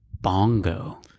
Bongo